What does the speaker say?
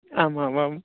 आम् आम् आम्